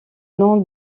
nom